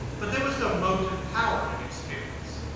but there was no motive power in experience.